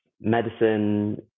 medicine